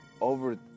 over